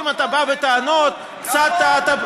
והם